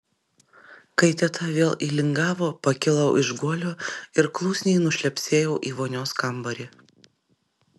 kai teta vėl įlingavo pakilau iš guolio ir klusniai nušlepsėjau į vonios kambarį